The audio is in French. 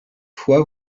fois